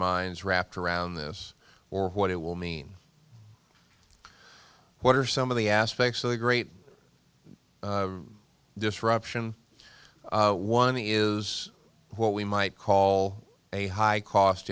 minds wrapped around this or what it will mean what are some of the aspects of the great disruption one is what we might call a high cost